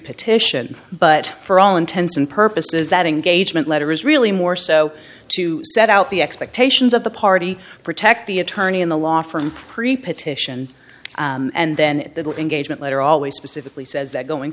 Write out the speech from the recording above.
partition but for all intents and purposes that engagement letter is really more so to set out the expectations of the party protect the attorney in the law from preposition and then the engagement letter always specifically says that going